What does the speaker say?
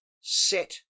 set